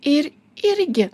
ir irgi